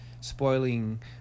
spoiling